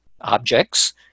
objects